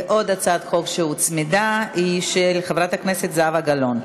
עוד הצעת חוק שהוצמדה היא של חברת הכנסת זהבה גלאון,